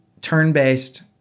turn-based